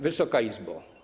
Wysoka Izbo!